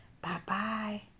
Bye-bye